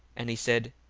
and he said,